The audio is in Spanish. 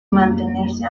mantenerse